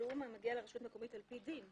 תשלום המגיע לרשות המקומית על פי דין.